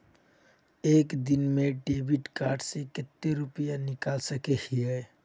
एक दिन में डेबिट कार्ड से कते रुपया निकल सके हिये?